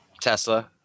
Tesla